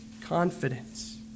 confidence